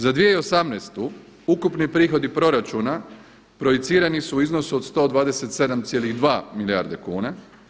Za 2018. ukupni prihodi proračuna projicirani su u iznosu od 127,2 milijarde kuna.